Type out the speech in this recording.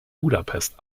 budapest